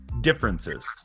differences